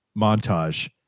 montage